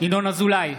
ינון אזולאי,